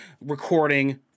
recording